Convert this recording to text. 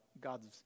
God's